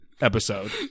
episode